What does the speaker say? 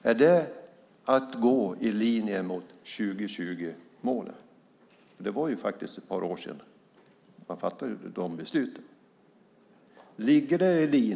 Är det att gå i linje med 2020-målen? Det var faktiskt ett par år sedan man fattade de besluten.